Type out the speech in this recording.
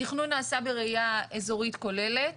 התכנון נעשה בראייה אזורית כוללת